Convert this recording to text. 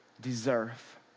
deserve